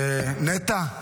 נטע,